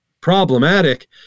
problematic